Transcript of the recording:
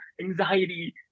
anxiety